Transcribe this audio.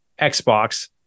Xbox